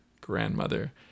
grandmother